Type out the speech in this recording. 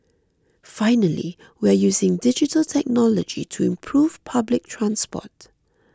finally we are using digital technology to improve public transport